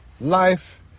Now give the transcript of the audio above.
life